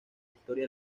historia